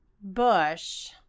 bush